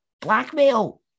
blackmail